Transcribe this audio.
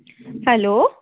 hello